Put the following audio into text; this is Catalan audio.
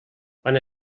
quan